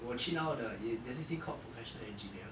我去拿我的 there's this thing called professional engineer